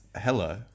Hello